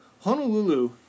Honolulu